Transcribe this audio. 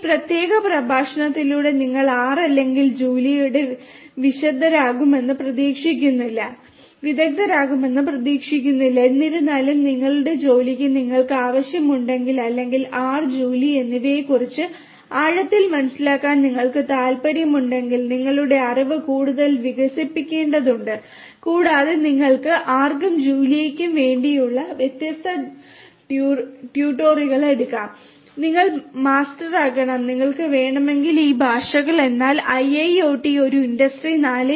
ഈ പ്രത്യേക പ്രഭാഷണത്തിലൂടെ നിങ്ങൾ ആർ അല്ലെങ്കിൽ ജൂലിയയുടെ വിദഗ്ദ്ധരാകുമെന്ന് പ്രതീക്ഷിക്കുന്നില്ല എന്നിരുന്നാലും നിങ്ങളുടെ ജോലിക്ക് നിങ്ങൾക്ക് ആവശ്യമുണ്ടെങ്കിൽ അല്ലെങ്കിൽ ആർ ജൂലിയ എന്നിവയെക്കുറിച്ച് ആഴത്തിൽ മനസ്സിലാക്കാൻ നിങ്ങൾക്ക് താൽപ്പര്യമുണ്ടെങ്കിൽ നിങ്ങളുടെ അറിവ് കൂടുതൽ വികസിപ്പിക്കേണ്ടതുണ്ട് കൂടാതെ നിങ്ങൾ ആർക്കും ജൂലിയയ്ക്കും വേണ്ടിയുള്ള വ്യത്യസ്ത ട്യൂട്ടോറിയലുകൾ എടുക്കണം നിങ്ങൾ മാസ്റ്ററാകണം നിങ്ങൾക്ക് വേണമെങ്കിൽ ഈ ഭാഷകൾ എന്നാൽ IIoT ഒരു ഇൻഡസ്ട്രി 4